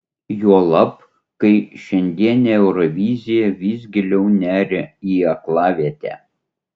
juolab kai šiandienė eurovizija vis giliau neria į aklavietę